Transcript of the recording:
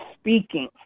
speaking